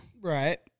right